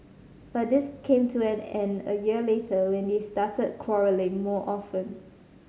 but this came to an end a year later when they started quarrelling more often